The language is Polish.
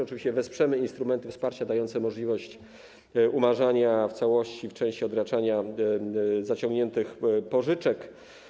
Oczywiście wesprzemy instrumenty wsparcia dające możliwość umarzania w całości lub w części odraczania zaciągniętych pożyczek.